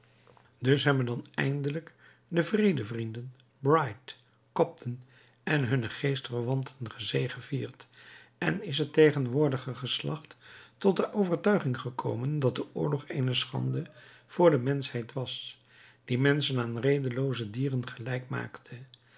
dus hebben dan eindelijk de vredevrienden bright cobden en hunne geestverwanten gezegevierd en is het tegenwoordige geslacht tot de overtuiging gekomen dat de oorlog eene schande voor de menschheid was die menschen aan redelooze dieren gelijk maakte